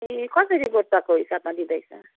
ए कसरी गोटाको हिसाबमा दिँदैछ